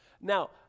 Now